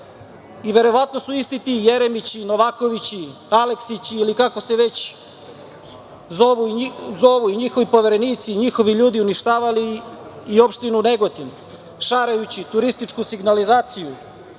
Verovatno su isti ti Jeremići, Novakovići, Aleksići ili kako se već zovu i njihovi poverenici i njihovi ljudi uništavali i opštinu Negotin, šarajući turističku signalizaciju,